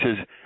says